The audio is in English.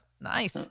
nice